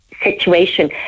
Situation